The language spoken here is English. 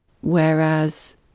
Whereas